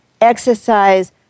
exercise